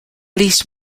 least